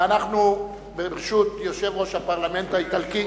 אדוני היושב-ראש, ברשותך,